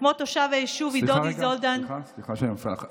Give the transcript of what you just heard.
סליחה שאני מפריע לך.